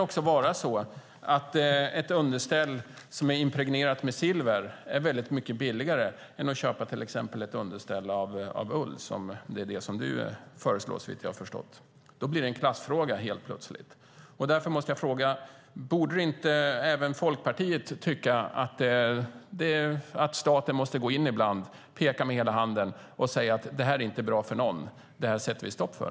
Ett underställ som är impregnerat med silver kan vara billigare än ett underställ av ull, som är vad du föreslår. Då blir det plötsligt en klassfråga. Borde inte även Folkpartiet tycka att staten ibland måste gå in och peka med hela handen och säga: Det här inte är bra för någon. Det här sätter vi stopp för.